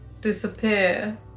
Disappear